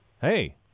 Hey